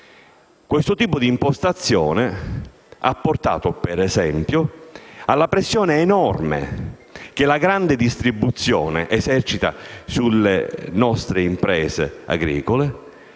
questo tipo di impostazione ha portato - ad esempio - alla pressione enorme che la grande distribuzione esercita sulle nostre imprese agricole,